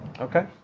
Okay